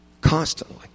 constantly